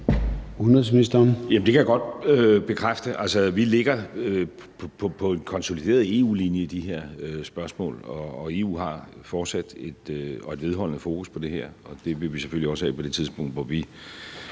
Det kan jeg godt bekræfte. Altså, vi ligger på en konsolideret EU-linje i de her spørgsmål. EU har et fortsat og vedholdende fokus på det her, og det vil vi selvfølgelig også have på det tidspunkt, hvor vi,